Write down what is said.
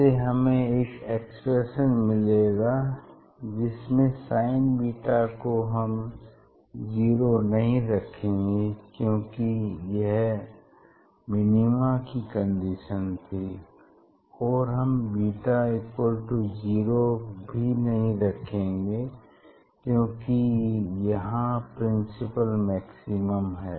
इससे हमें एक एक्सप्रेशन मिलेगा जिसमें sin बीटा को हम जीरो नहीं रखेंगे क्योंकि यह मिनिमा की कंडीशन थी और हम बीटा जीरो भी नहीं रखेंगे क्योंकि यहाँ प्रिंसिपल मैक्सिमम है